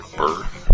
birth